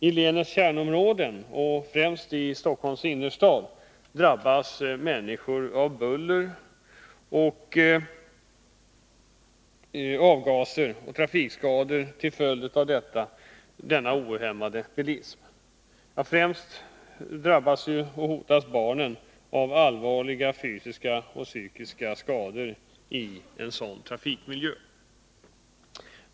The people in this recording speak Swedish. I länets kärnområden och främst i Stockholms innerstad drabbas människor av buller, avgaser och trafikskador till följd av en ohämmad bilism. Främst barnen hotas och drabbas av allvarliga fysiska och psykiska skador i denna trafikmiljö.